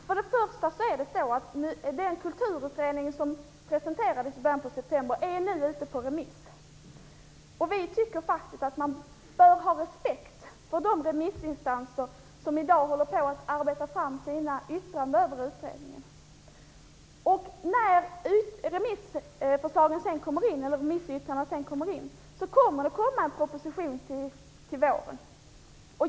Herr talman! Den kulturutredning som presenterades i början av september är nu ute på remiss. Vi tycker faktiskt att man bör ha respekt för de remissinstanser som i dag håller på och arbetar fram sina yttranden över utredningen. När remissyttrandena har kommit in kommer det att utarbetas en proposition. Den kommer förhoppningsvis till våren.